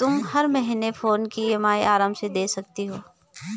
तुम हर महीने फोन की ई.एम.आई आराम से दे सकती हो